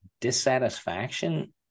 dissatisfaction